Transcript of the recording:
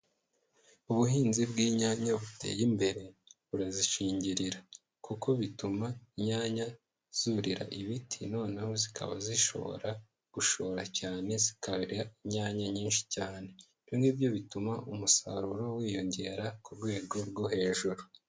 Ubuhinzi bw'inyanya buteye imbere urazishingirira kuko bituma inyanya zurira ibiti noneho zikaba zishobora gushora cyane zikera inyanya nyinshi cyane, ibyo ngibyo bituma umusaruro wiyongera ku rwego rwo hejuru.